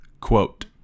Quote